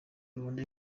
gahunda